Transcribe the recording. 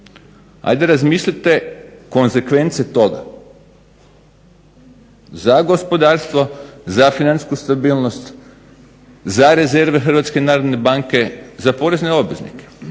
Ajde razmislite konzekvence toga, za gospodarstvo, za financijsku stabilnost, za rezerve Hrvatske narodne banke, za porezne obveznike,